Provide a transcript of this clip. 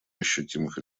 ощутимых